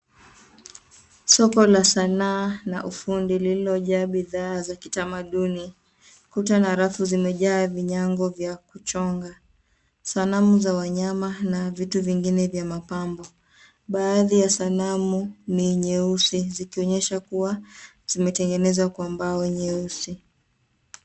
Soko la sana na ufundi lililojaa bidhaa za kitamaduni . Kuta na rafu zimejaa vinyago vya kuchonga, sanamu za wanyama na vitu vingine vya mapambo. Baadhi ya sanamu ni nyeusi zikionyesha kuwa zimetengenezwa kwa mbao nyeusi.